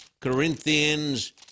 Corinthians